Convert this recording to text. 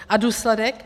A důsledek?